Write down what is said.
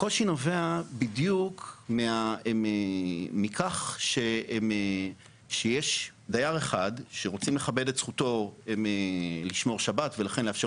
הקושי נובע מכך שיש דייר אחד שרוצים לכבד את זכותו לשמור שבת ולכן לאפשר